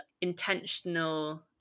intentional